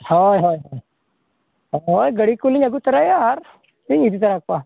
ᱦᱳᱭ ᱦᱳᱭ ᱦᱳᱭ ᱜᱟᱹᱰᱤ ᱠᱚᱞᱤᱧ ᱟᱹᱜᱩ ᱛᱚᱨᱟᱭᱟ ᱟᱨ ᱞᱤᱧ ᱤᱫᱤ ᱛᱟᱨᱟ ᱠᱚᱣᱟ